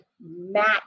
match